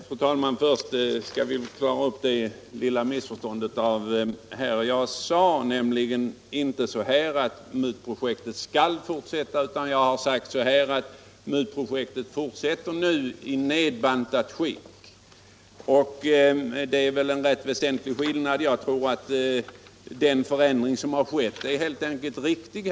Fru talman! Först skall vi väl klara upp ett litet missförstånd. Jag sade inte att MUT-projektet skall fortsätta utan att MUT-projektet nu fortsätter i nedbantat skick. Det är väl en rätt väsentlig skillnad. Det är min personliga uppfattning att den förändring som skett helt enkelt är riktig.